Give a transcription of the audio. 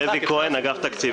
בקשה מס' 19-035 תרבות וספורט.